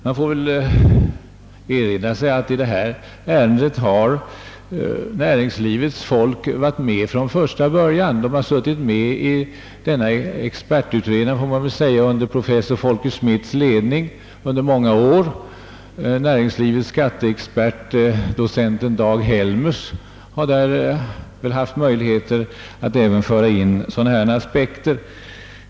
Man bör då erinra sig att representanter för näringslivet från första början deltagit i beredningen av detta ärende. Näringslivet har varit företrätt i den expertutredning, som i flera år arbetat under professor Folke Schmidts ledning. Näringslivets skatteexpert docenten Dag Helmers har väl i det utredningsarbetet haft möjligheter att föra in sådana här aspekter.